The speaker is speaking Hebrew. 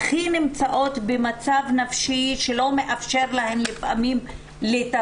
אלה שנמצאות במצב נפשי שלפעמים לא מאפשר להן לתפקד